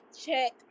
check